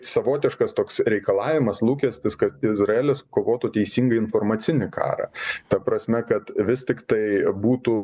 savotiškas toks reikalavimas lūkestis kad izraelis kovotų teisingą informacinį karą ta prasme kad vis tiktai būtų